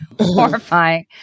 horrifying